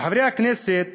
כחברי הכנסת,